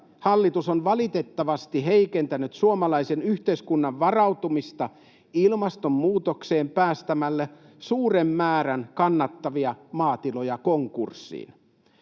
hallitus on valitettavasti heikentänyt suomalaisen yhteiskunnan varautumista ilmastonmuutokseen päästämällä suuren määrän kannattavia maatiloja konkurssiin.